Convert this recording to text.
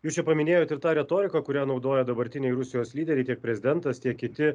jūs čia paminėjot ir tą retoriką kurią naudoja dabartiniai rusijos lyderiai tiek prezidentas tiek kiti